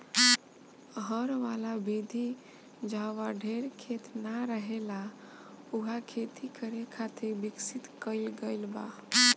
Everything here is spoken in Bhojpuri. हर वाला विधि जाहवा ढेर खेत ना रहेला उहा खेती करे खातिर विकसित कईल गईल बा